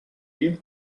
you